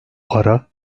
para